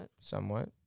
Somewhat